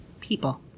people